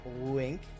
wink